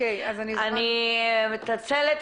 אני מתנצלת,